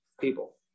people